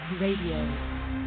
Radio